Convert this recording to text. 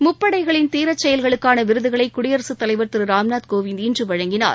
முப்படைகளின் தீரச் செயல்களுக்கான விருதுகளை குடியரசுத் தலைவர் திரு ராம்நாத் கோவிந்த் இன்று வழங்கினார்